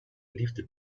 liefde